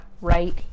right